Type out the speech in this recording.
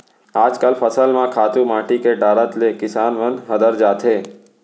आजकल फसल म खातू माटी के डारत ले किसान मन हदर जाथें